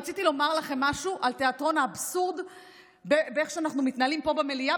רציתי לומר לכם משהו על תיאטרון האבסורד באיך שאנחנו מתנהלים פה במליאה,